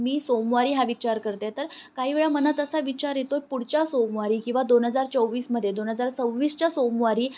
मी सोमवारी हा विचार करते आहे तर काही वेळा मनात असा विचार येतो पुढच्या सोमवारी किंवा दोन हजार चोवीसमध्ये दोन हजार सव्वीसच्या सोमवारी